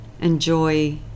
enjoy